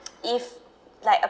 if like a